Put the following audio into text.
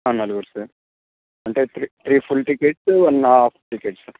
నలుగురు సార్ అంటే three three full tickets one half ticket sir